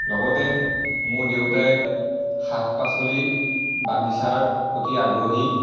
লগতে মোৰ দেউতাই শাক পাচলি বাগিচাৰ প্ৰতি আগ্ৰহী